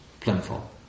plentiful